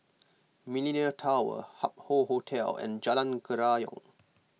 Millenia Tower Hup Hoe Hotel and Jalan Kerayong